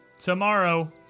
Tomorrow